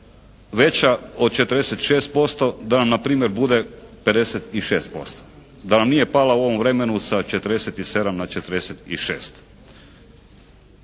veća od 46%, da nam npr. bude 56%. Da nam nije pala u ovom vremenu sa 47 na 46.